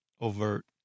overt